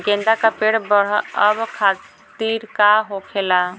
गेंदा का पेड़ बढ़अब खातिर का होखेला?